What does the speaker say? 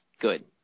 good